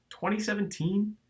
2017